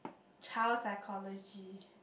child psychology